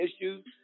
issues